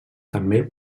també